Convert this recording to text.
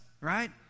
right